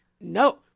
no